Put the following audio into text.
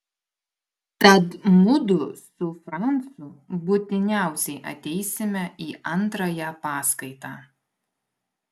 tad mudu su francu būtiniausiai ateisime į antrąją paskaitą